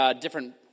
different